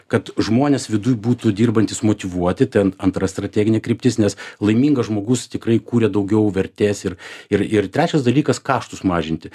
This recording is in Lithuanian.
kad žmonės viduj būtų dirbantys motyvuoti ten antra strateginė kryptis nes laimingas žmogus tikrai kuria daugiau vertės ir ir ir trečias dalykas kaštus mažinti